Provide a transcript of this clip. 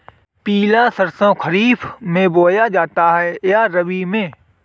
पिला सरसो खरीफ में बोया जाता है या रबी में?